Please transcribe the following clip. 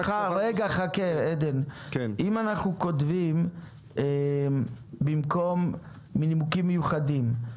אם אנחנו כותבים במקום "מנימוקים מיוחדים"